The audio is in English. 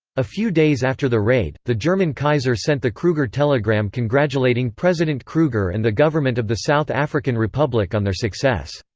a few days after the raid, the german kaiser sent the kruger telegram congratulating president kruger and the government of the south african republic on their success.